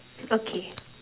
okay